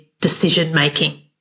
decision-making